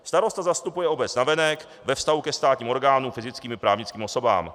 Starosta zastupuje obec navenek ve vztahu ke státním orgánům, fyzickým i právnickým osobám.